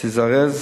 תזרז